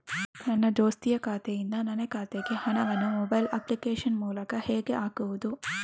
ನನ್ನ ದೋಸ್ತಿಯ ಖಾತೆಯಿಂದ ನನ್ನ ಖಾತೆಗೆ ಹಣವನ್ನು ಮೊಬೈಲ್ ಅಪ್ಲಿಕೇಶನ್ ಮೂಲಕ ಹೇಗೆ ಹಾಕುವುದು?